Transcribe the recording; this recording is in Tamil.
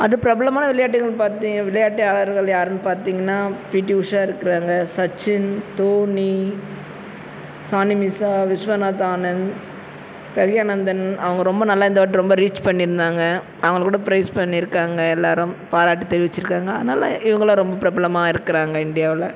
அது பிரபலமான விளையாட்டுன்னு பார்த்தீங்க விளையாட்டு அவர்கள் யாருன்னு பார்த்தீங்கன்னா பிடி உஷா இருக்காங்க சச்சின் தோனி சானியா மிர்ஸா விஸ்வநாத் ஆனந்த் பிரக்ஞ்னாந்தன் அவங்க ரொம்ப நல்ல இந்த வாட்டி ரொம்ப ரீச் பண்ணியிருந்தாங்க அவங்களுக்கு கூட பிரைஸ் பண்ணியிருக்காங்க எல்லாேரும் பாராட்டு தெரிவிச்சுருக்காங்க அதனால் இவங்கலாம் ரொம்ப பிரபலமாக இருக்கிறாங்க இண்டியாவில்